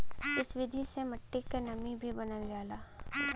इ विधि से मट्टी क नमी भी बनल रहला